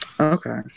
okay